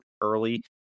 early